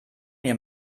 mir